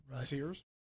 Sears